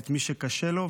את מי שקשה לו,